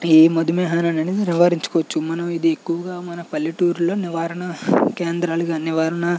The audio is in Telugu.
ఈ మధుమేహం అనేది నివారించుకోవచ్చు మనం ఇది ఎక్కువగా మన పల్లెటూరులో నివారణ కేంద్రాలుగా నివారణ